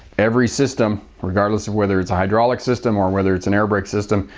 every system, regardless of whether it's hydraulic system or whether it's an airbrake system,